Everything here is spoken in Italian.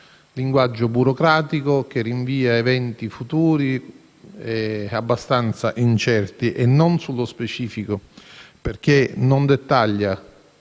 linguaggio burocratico, rinvia ad eventi futuri e abbastanza incerti e non risponde nello specifico, perché non dettaglia